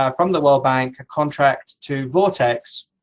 ah from the world bank, a contract to vortex,